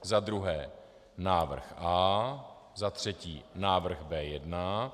Za druhé návrh A. Za třetí návrh B1.